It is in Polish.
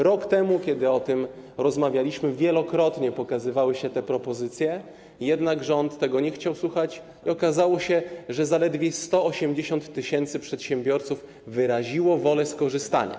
Rok temu, kiedy o tym rozmawialiśmy, wielokrotnie pojawiały się te propozycje, jednak rząd tego nie chciał słuchać i okazało się, że zaledwie 180 tys. przedsiębiorców wyraziło wolę skorzystania.